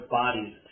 bodies